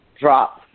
drop